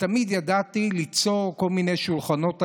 ותמיד ידעתי ליצור כל מיני שולחנות עגולים,